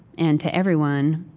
and to everyone.